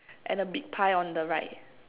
and a big pie on the right